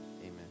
amen